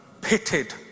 pitted